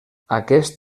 aquest